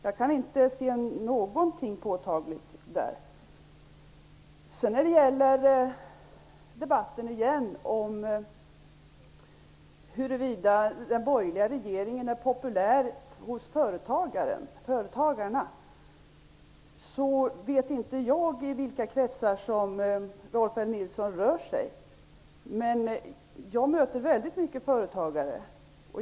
Jag kan inte se någonting påtagligt. När det gäller debatten om huruvida den borgerliga regeringen är populär hos företagarna vill jag säga att jag inte vet vilka kretsar Rolf L Nilson rör sig i. Jag möter väldigt många företagare.